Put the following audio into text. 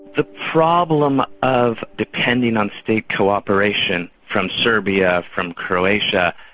the problem of depending on state co-operation from serbia, from croatia,